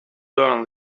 learn